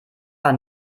war